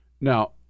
Now